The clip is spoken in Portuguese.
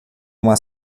uma